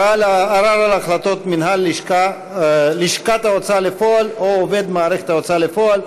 (ערר על החלטות מנהל לשכת ההוצאה לפועל או עובד מערכת ההוצאה לפועל),